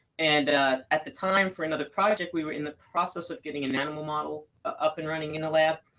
and at the time, for another project, we were in the process of getting an animal model up and running in the lab.